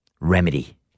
remedy